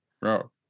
Bro